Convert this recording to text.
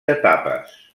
etapes